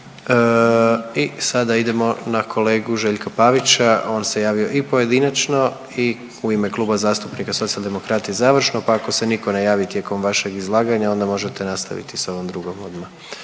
I sada idemo na kolegu Željka Pavića, on se javio i pojedinačno i u ime Kluba zastupnika Socijaldemokrati završno, pa ako se nitko ne javi tijekom vašeg izlaganja onda možete nastaviti sa ovom drugom odmah,